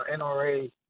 NRA